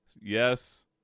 yes